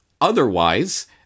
Otherwise